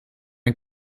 een